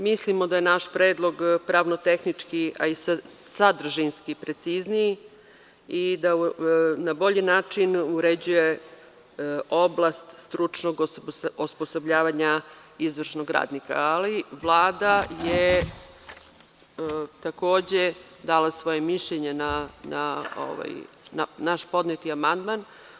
Mislimo da je naš predlog pravno-tehnički i sadržinski precizniji i da na bolji način uređuje oblast stručnog osposobljavanja izvršnog radnika, ali Vlada je takođe dala svoje mišljenje na naš podneti amandman.